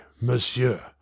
Monsieur